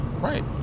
Right